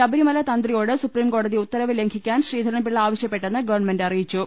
ശബരി മല തന്ത്രിയോട് സുപ്രിംകോടതി ഉത്തരവ് ലംഘിക്കാൻ ശ്രീധരൻപിള്ള ആവ ശ്യപ്പെട്ടെന്ന് ഗവൺമെന്റ് അറിയിച്ചു